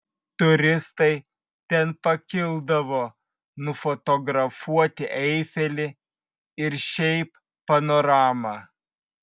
turistai ten pakildavo nufotografuoti eifelį ir šiaip panoramą